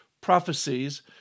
prophecies